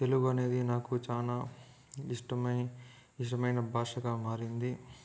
తెలుగు అనేది నాకు చానా ఇష్టమై ఇష్టమైన భాషగా మారింది